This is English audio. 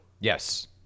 Yes